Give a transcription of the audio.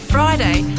Friday